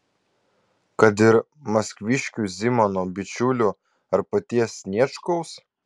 kad ir maskviškių zimano bičiulių ar paties sniečkaus